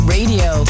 Radio